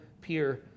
peer